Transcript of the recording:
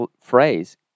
phrase